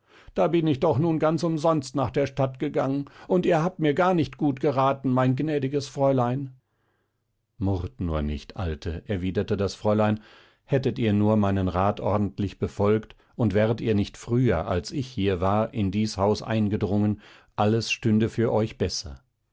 da bin ich doch nun ganz umsonst nach der stadt gegangen und ihr habt mir gar nicht gut geraten mein gnädiges fräulein murrt nur nicht alte erwiderte das fräulein hättet ihr nur meinen rat ordentlich befolgt und wäret ihr nicht früher als ich hier war in dies haus gedrungen alles stünde für euch besser